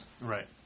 Right